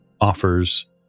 offers